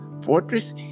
fortress